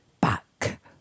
back